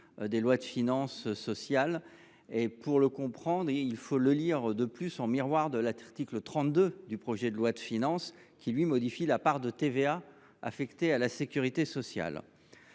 de la sécurité sociale. Pour le comprendre, il faut le lire en miroir de l’article 32 du projet de loi de finances, qui modifie la part de TVA affectée à la sécurité sociale.